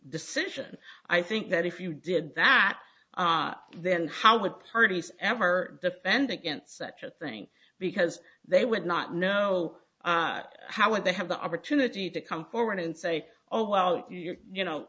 decision i think that if you did that then how would parties ever defend against such a thing because they would not know how would they have the opportunity to come forward and say oh well if you you're you know